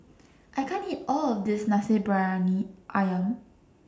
I can't eat All of This Nasi Briyani Ayam